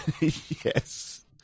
Yes